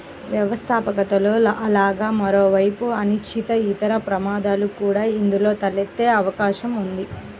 వ్యవస్థాపకతలో అలాగే మరోవైపు అనిశ్చితి, ఇతర ప్రమాదాలు కూడా ఇందులో తలెత్తే అవకాశం ఉంది